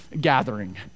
gathering